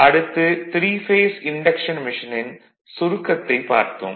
அடுத்து three phase induction மெஷினின் சுருக்கத்தைப் பார்த்தோம்